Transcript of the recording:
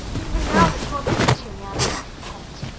even now that you are bitter to me i cannot repent.